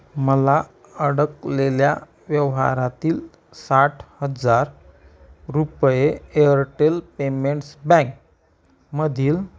मला अडकलेल्या व्यवहारातील साठ हजार रुपये एअरटेल पेमेंट्स बँकमधील